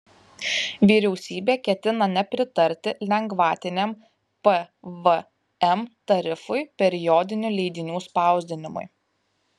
vyriausybė ketina nepritarti lengvatiniam pvm tarifui periodinių leidinių spausdinimui